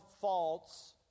faults